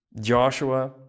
Joshua